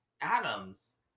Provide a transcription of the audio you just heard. Adams